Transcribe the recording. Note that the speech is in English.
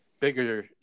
bigger